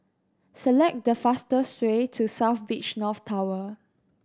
select the fastest way to South Beach North Tower